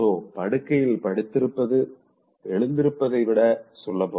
so படுக்கையில் படுத்திருப்பது எழுந்திருப்பதை விட சுலபம்